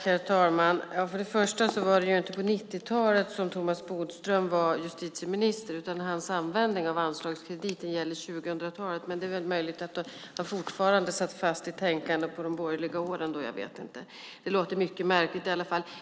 Herr talman! Det var inte på 90-talet Thomas Bodström var justitieminister. Hans användning av anslagskrediten gäller 2000-talet. Men det är väl möjligt att man fortfarande satt fast i tänkandet om de borgerliga åren; jag vet inte. Det låter mycket märkligt i alla fall.